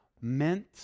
meant